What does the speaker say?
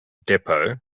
depot